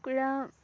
কুকুৰা